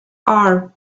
are